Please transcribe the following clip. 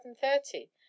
seven-thirty